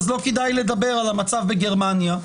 לא כדאי לדבר על המצב בגרמניה.